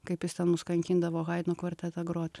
kaip jis ten mus kankindavo haidno kvartetą grot